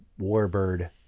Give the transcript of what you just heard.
warbird